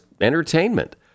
entertainment